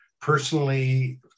personally